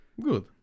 Good